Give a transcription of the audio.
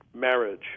marriage